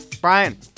Brian